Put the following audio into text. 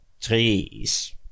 trees